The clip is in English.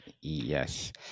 Yes